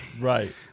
Right